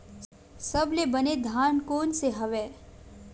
सबले बने धान कोन से हवय?